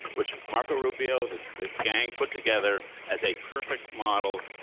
which marco rubio this this gang put together as a perfect model,